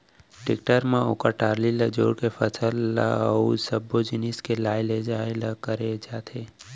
tractor म ओकर trolley ल जोर के फसल अउ सब्बो जिनिस के लाय लेजाय ल करे जाथे